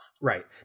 Right